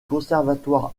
conservatoire